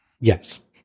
Yes